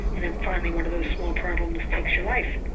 and then finally one of those small problems takes your life.